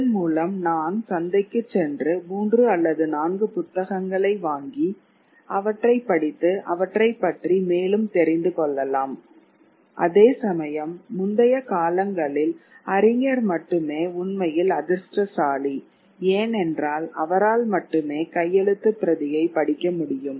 இதன் மூலம்நான் சந்தைக்குச் சென்று 3 அல்லது 4 புத்தகங்களை வாங்கி அவற்றைப் படித்து அவற்றைப் பற்றி மேலும் தெரிந்து கொள்ளலாம் அதேசமயம் முந்தைய காலங்களில் அறிஞர் மட்டுமே உண்மையில் அதிர்ஷ்டசாலி ஏனென்றால் அவரால் மட்டுமே கையெழுத்து பிரதியை படிக்கமுடியும்